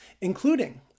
including